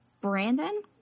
Brandon